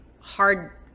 hard